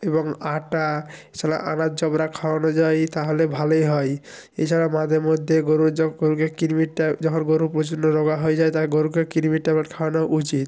এবং আটা আনাজ জবরা খাওয়ানো যায় তাহলে ভালোই হয় এছাড়া মাদে মধ্যে গরুর যখন কিরমিট্টা যখন গরু প্রচণ্ড রোগা হয়ে যায় তা গরুকে কিরমিট্টা খাওয়ানো উচিত